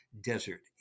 desert